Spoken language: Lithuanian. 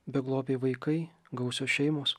beglobiai vaikai gausios šeimos